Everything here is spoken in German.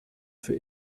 für